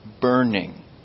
burning